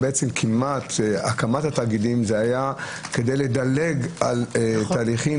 הקמת התאגידים הייתה כדי לדלג על התהליכים